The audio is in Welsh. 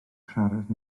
siarad